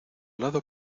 lado